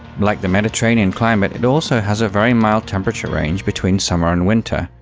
like the mediterranean climate, it also has a very mild temperature range between summer and winter,